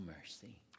mercy